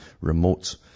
remote